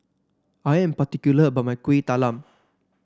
I am particular about my Kueh Talam